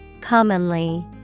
Commonly